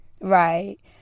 right